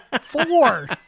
four